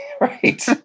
Right